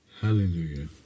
Hallelujah